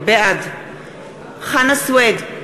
בעד חנא סוייד,